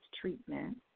treatment